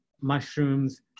mushrooms